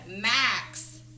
Max